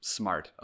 smart